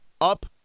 up